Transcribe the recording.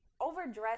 overdressed